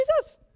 Jesus